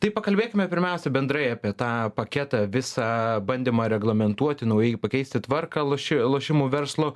tai pakalbėkime pirmiausia bendrai apie tą paketą visą bandymą reglamentuoti naujai pakeisti tvarką loši lošimų verslo